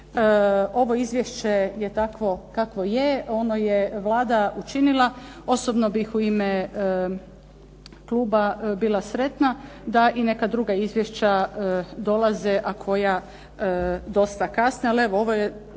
ovo izvješće je takvo kakvo je, ono je Vlada učinila. Osobno bih u ime kluba bila sretna da i neka druga izvješća dolaze, a koja dosta kasne.